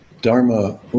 Dharma